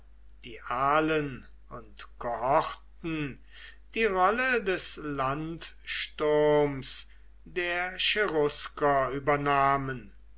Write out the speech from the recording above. die alen und kohorten die rolle des landsturms der cherusker übernahmen